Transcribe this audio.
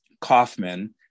Kaufman